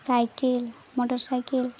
cycle motor cycle